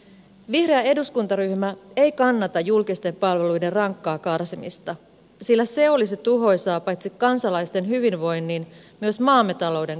vihreä eduskuntaryhmä ei kannata julkisten palveluiden rankkaa karsimista sillä se olisi tuhoisaa paitsi kansalaisten hyvinvoinnin myös maamme talouden kannalta